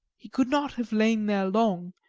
he could not have lain there long,